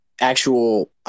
actual